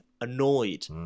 annoyed